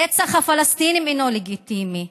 רצח הפלסטינים אינו לגיטימי.